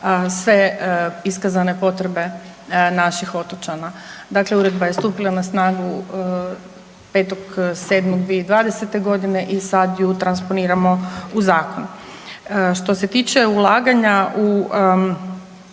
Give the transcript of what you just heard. sve iskazane potrebe naših otočana. Dakle, uredba je stupila na snagu 5.7.2020.g. i sad ju transponiramo u zakon. Što se tiče ulaganja u